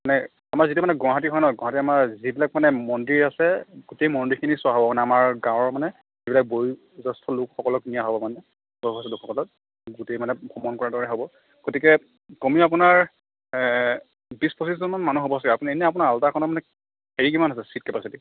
মানে আমাৰ যিটো মানে গুৱাহাটী হয় নহয় গুৱাহাটী আমাৰ যিবিলাক মানে মন্দিৰ আছে গোটেই মন্দিৰখিনি চোৱা হ'ব মানে আমাৰ গাঁৱৰ মানে ধৰি লওক বয়োজ্যেষ্ঠ লোকসকলক নিয়া হ'ব মানে বয়সস্থ লোকসকলক গোটেই মানে ভ্ৰমণ কৰাৰ দৰে হ'ব গতিকে কমেও আপোনাৰ বিশ পঁচিছজন মান মানুহ হ'ব চাগে আপুনি এনে মানে আপোনাৰ আল্ট্ৰাখনত মানে হেৰি কিমান আছে ছিট কেপাচিটি